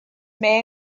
may